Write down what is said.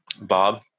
Bob